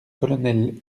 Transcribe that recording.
colonel